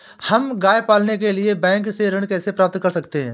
हम गाय पालने के लिए बैंक से ऋण कैसे प्राप्त कर सकते हैं?